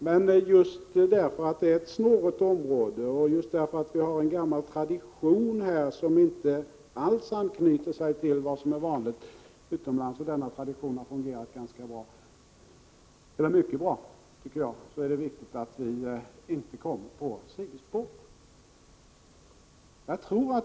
Men just därför att det är ett snårigt område och därför att vi har en gammal tradition — som inte alls är vanlig utomlands — och denna tradition har fungerat mycket bra, är det viktigt att vi inte hamnar på ett sidospår.